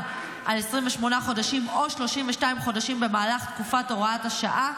על 28 חודשים או 32 חודשים במהלך תקופת הוראת השעה,